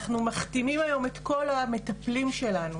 אנחנו מחתימים היום את כל המטפלים שלנו